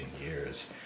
years